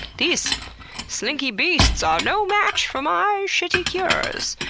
these slinky beasts are no match for my shitty cures!